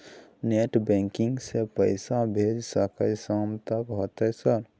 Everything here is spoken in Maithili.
नेट बैंकिंग से पैसा भेज सके सामत होते सर?